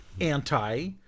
Anti